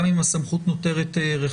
גם אם הסמכות נותרת רחבה.